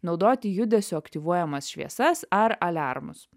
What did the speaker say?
naudoti judesio aktyvuojamas šviesas ar aliarmus